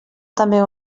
també